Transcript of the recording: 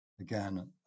again